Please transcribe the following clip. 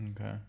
Okay